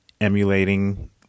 emulating